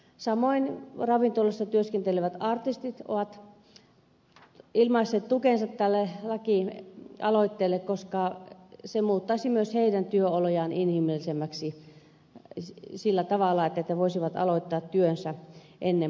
samoin ravintoloissa työskentelevät artistit ovat ilmaisseet tukensa tälle lakialoitteelle koska se muuttaisi myös heidän työolojaan inhimillisemmiksi sillä tavalla että voisivat aloittaa työnsä ennen puoltayötä ravintoloissa